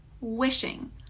wishing